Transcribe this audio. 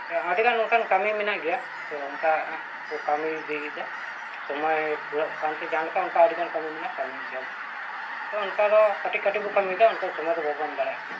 ᱟᱪᱪᱷᱟ ᱟᱹᱰᱤᱜᱟᱱ ᱚᱱᱠᱟᱱ ᱠᱟᱹᱢᱤ ᱢᱮᱱᱟᱜ ᱜᱮᱭᱟ ᱛᱚ ᱚᱱᱠᱟ ᱠᱚ ᱠᱟᱹᱢᱤ ᱤᱫᱤᱭᱮᱫᱟ ᱥᱚᱢᱚᱭ ᱠᱩᱲᱟᱹᱜ ᱠᱟᱱᱛᱮ ᱡᱟᱦᱟᱸ ᱞᱮᱠᱟ ᱚᱱᱠᱟ ᱟᱹᱰᱤᱜᱟᱱ ᱠᱟᱹᱢᱤ ᱢᱮᱱᱟᱜᱼᱟ ᱠᱟᱹᱢᱤ ᱜᱮᱭᱟᱵᱚᱱ ᱛᱚ ᱚᱱᱠᱟ ᱫᱚ ᱠᱟᱹᱴᱤᱡ ᱠᱟᱹᱴᱤᱡ ᱵᱚ ᱠᱟᱹᱢᱤᱫᱟ ᱚᱱᱠᱟ ᱥᱚᱢᱚᱭ ᱫᱚ ᱵᱟᱵᱚᱱ ᱵᱟᱲᱟᱭᱮᱫ ᱠᱟᱱᱟ